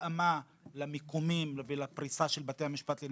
ממתן חוות דעת לתהליך משפטי למיקור חוץ.